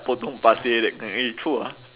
potong pasir that kind eh true ah